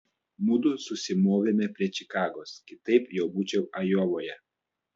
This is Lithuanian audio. mudu susimovėme prie čikagos kitaip jau būčiau ajovoje